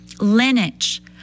lineage